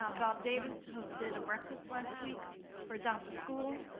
ah bob davis hosted a breakfast last week for adopt a school.